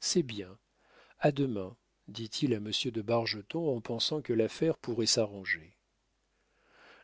c'est bien a demain dit-il à monsieur de bargeton en pensant que l'affaire pourrait s'arranger